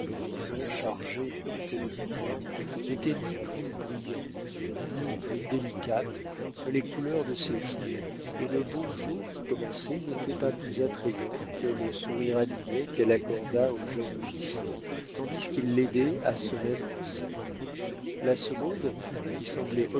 l'horizon chargé du côté de l'orient n'étaient ni plus brillantes ni plus délicates que les couleurs de ses joues et le beau jour qui commençait n'était pas plus attrayant que le sourire animé qu'elle accorda au jeune officier tandis qu'il l'aidait à se mettre en selle la seconde qui semblait